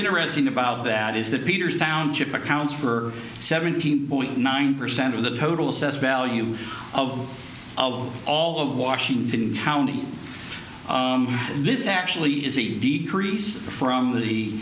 interesting about that is that peter's township accounts for seventeen point nine percent of the total assessed value of zero zero all of washington county and this actually is a decrease from the